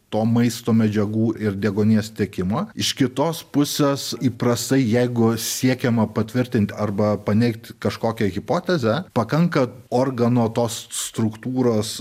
to maisto medžiagų ir deguonies tiekimo iš kitos pusės įprastai jeigu siekiama patvirtint arba paneigt kažkokią hipotezę pakanka organo tos struktūros